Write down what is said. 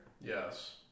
Yes